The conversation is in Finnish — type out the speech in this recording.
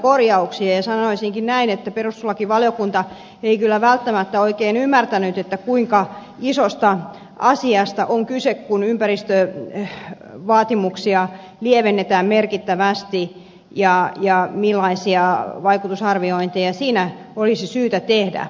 sanoisinkin näin että perustuslakivaliokunta ei kyllä välttämättä oikein ymmärtänyt kuinka isosta asiasta on kyse kun ympäristövaatimuksia lievennetään merkittävästi ja millaisia vaikutusarviointeja siinä olisi syytä tehdä